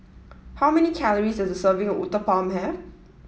how many calories does a serving of Uthapam have